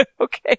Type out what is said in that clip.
Okay